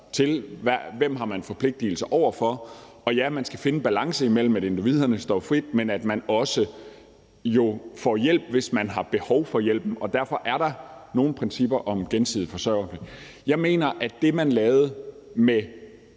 og hvem man har forpligtigelser over for. Og ja, man skal finde en balance mellem, at individerne står frit, men at man jo også får hjælp, hvis man har behov for hjælp, og derfor er der nogle principper om gensidig forsørgerpligt. Jeg mener, at det, man lavede med